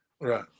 Right